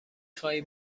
خواهی